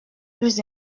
plus